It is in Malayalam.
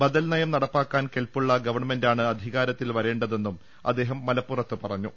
ബദൽ നയം നടപ്പാക്കാൻ കെൽപ്പുള്ള ഗവൺമെന്റാണ് അധികാ രത്തിൽ വരേണ്ടതെന്നും അദ്ദേഹം മലപ്പുറത്ത് പറഞ്ഞു